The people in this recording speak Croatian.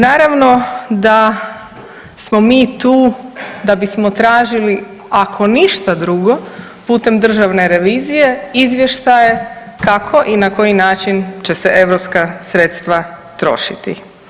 Naravno da smo mi tu da bismo tražili ako ništa drugo putem državne revizije izvještaje kako i na koji način će se europska sredstva trošiti.